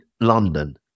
London